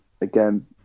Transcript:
Again